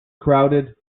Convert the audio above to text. crowded